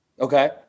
Okay